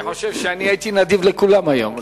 אני חושב שאני הייתי נדיב לכולם היום,